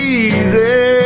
easy